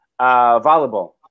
Volleyball